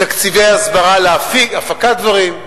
תקציבי הסברה להפקת דברים.